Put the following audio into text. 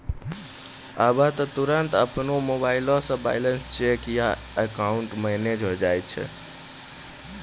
आबै त तुरन्ते अपनो मोबाइलो से बैलेंस चेक या अकाउंट मैनेज होय जाय छै